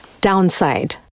downside